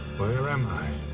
where am i?